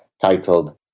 titled